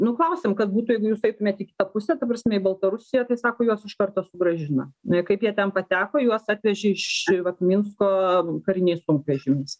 nu klausėm kad būtų jeigu jūs eitumėt į kitą pusę ta prasme į baltarusiją tai sako juos iš karto sugrąžina ir kaip jie ten pateko juos atvežė iš vat minsko kariniais sunkvežimiais